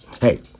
Hey